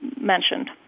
mentioned